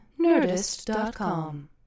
Nerdist.com